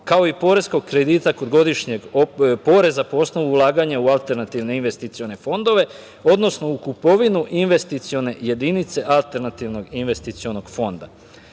kao i poreskog kredita kod godišnjeg poreza po osnovu ulaganja u alternativne investicione fondove, odnosno u kupovinu investicione jedinice alternativnog investicionog fonda.